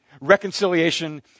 Reconciliation